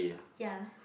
ya